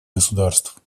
государств